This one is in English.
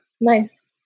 nice